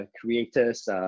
creators